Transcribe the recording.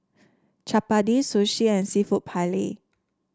Chapati Sushi and seafood Paella